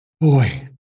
boy